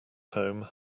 home